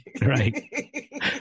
right